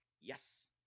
Yes